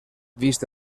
vist